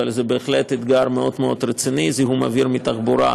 אבל זה בהחלט אתגר מאוד מאוד רציני: זיהום אוויר מתחבורה,